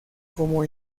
como